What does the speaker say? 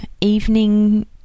evening